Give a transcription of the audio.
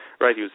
Right